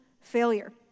failure